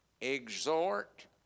exhort